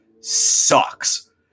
sucks